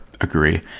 agree